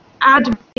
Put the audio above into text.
Add